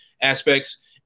aspects